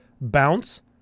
Bounce